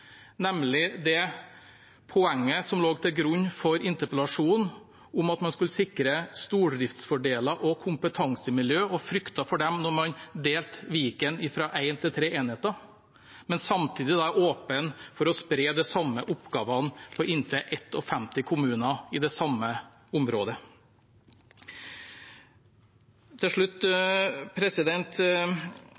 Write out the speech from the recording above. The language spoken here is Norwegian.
nemlig det poenget som lå til grunn for interpellasjonen: at man skulle sikre stordriftsfordeler og kompetansemiljøer, og at man fryktet for dem når man delte Viken fra én til tre enheter, men samtidig var åpen for å spre de samme oppgavene på inntil 51 kommuner i det samme området. Til slutt: